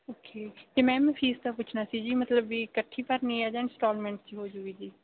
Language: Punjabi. ਓਕੇ ਅਤੇ ਮੈਮ ਫੀਸ ਦਾ ਪੁੱਛਣਾ ਸੀ ਜੀ ਮਤਲਬ ਵੀ ਇਕੱਠੀ ਭਰਨੀ ਹੈ ਜਾਂ ਇੰਸਟਾਲਮੈਂਟ 'ਚ ਹੋ ਜੂਗੀ ਜੀ